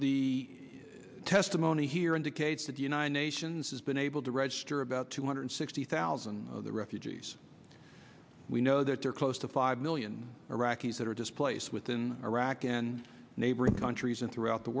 the testimony here indicates that the united nations has been able to register about two hundred sixty thousand refugees we know that they're close to five million iraqis that are displaced within iraq and neighboring countries and throughout the